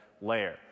layer